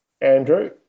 Andrew